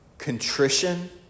Contrition